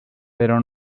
pero